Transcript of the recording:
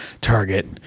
target